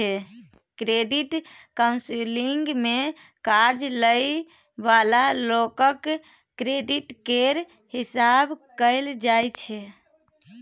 credit counselling मे कर्जा लइ बला लोकक क्रेडिट केर हिसाब कएल जाइ छै